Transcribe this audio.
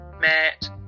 met